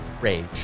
rage